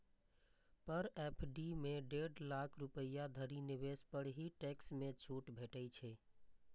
पर FD मे डेढ़ लाख रुपैया धरि निवेश पर ही टैक्स मे छूट भेटै छै